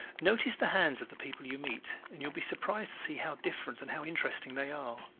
notice the hands of the people you meet and you will be surprised to see how different and how interesting they are.